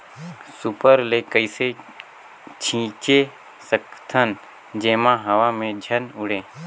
Super ल कइसे छीचे सकथन जेमा हवा मे झन उड़े?